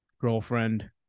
girlfriend